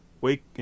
wake